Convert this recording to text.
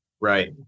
Right